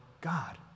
God